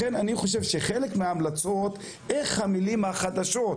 לכן אני חושב שחלק מההמלצות הוא כיצד המילים החדשות,